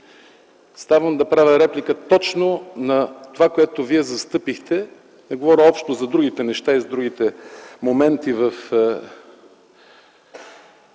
ставам да правя реплика точно на това, което Вие застъпихте. Не говоря общо за другите моменти в